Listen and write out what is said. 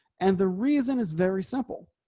and the reason is very simple.